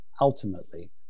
ultimately